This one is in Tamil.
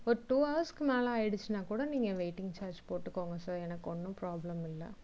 ஒரு டூ ஹார்சுக்கு மேல் ஆயிடுத்துன்னா கூட நீங்கள் வெயிட்டிங் சார்ஜ் போட்டுக்கோங்க சார் எனக்கு ஒன்றும் ப்ராப்ளம் இல்லை